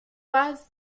was